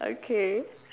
okay